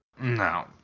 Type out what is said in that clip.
No